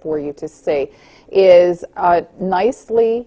for you to say is nicely